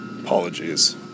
Apologies